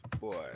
Boy